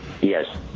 Yes